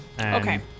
Okay